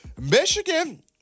Michigan